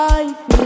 Life